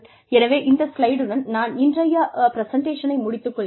எனவே இந்த ஸ்லைடுடன் நான் இன்றைய பிரசன்டேஷனை முடித்து கொள்கிறேன்